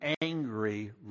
angry